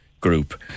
group